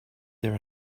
there